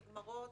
נגמרות,